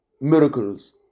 miracles